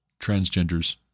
transgenders